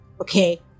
okay